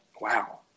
wow